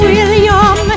William